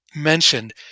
mentioned